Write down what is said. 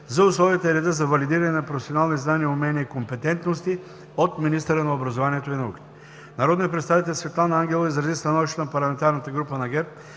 за условията и реда за валидиране на професионални знания, умения и компетентности от министъра на образованието и науката. Народният представител Светлана Ангелова изрази становището на парламентарната група на ГЕРБ,